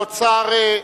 השר